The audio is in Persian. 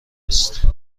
است